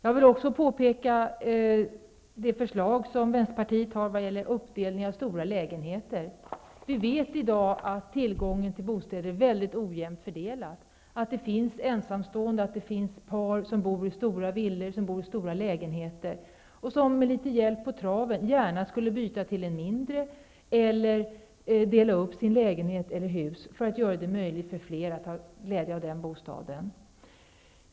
Jag vill också nämna det förslag Vänsterpartiet har om uppdelning av stora lägenheter. Vi vet i dag att tillgången på bostäder är väldigt ojämnt fördelad, att det finns ensamstående och par som bor i stora villor och stora lägenheter och som, med litet hjälp på traven, gärna skulle byta till en mindre bostad eller dela upp sin lägenhet eller villa för att göra det möjligt för fler att få glädje av den bostaden.